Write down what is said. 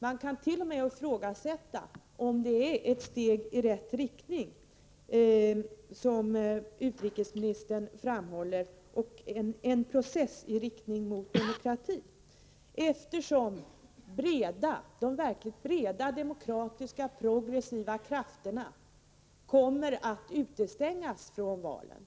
Man kan t.o.m. ifrågasätta om det är ”en process mot återupprättande av demokratin”, som utrikesministern menar, eftersom de verkligt breda, demokratiska och progressiva krafterna kommer att utestängas från valen.